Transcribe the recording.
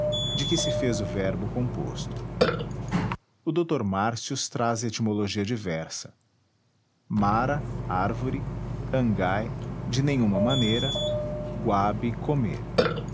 de que se fez o verbo composto o dr martius traz etimologia diversa mara árvore angai de nenhuma maneira guabe comer